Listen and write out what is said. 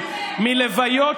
אני באתי,